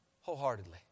wholeheartedly